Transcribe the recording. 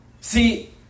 See